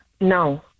no